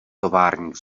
továrník